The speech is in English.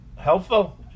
helpful